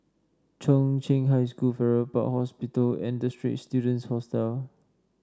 Chung Cheng High School Farrer Park Hospital and The Straits Students Hostel